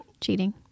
cheating